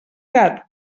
gat